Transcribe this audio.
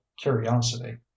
curiosity